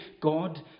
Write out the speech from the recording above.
God